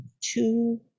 two